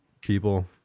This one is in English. people